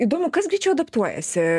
įdomu kas greičiau adaptuojasi